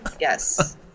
Yes